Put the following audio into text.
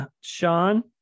sean